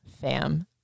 fam